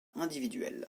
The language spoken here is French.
individuelle